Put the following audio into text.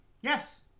Yes